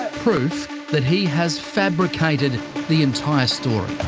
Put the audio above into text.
proof that he has fabricated the entire story.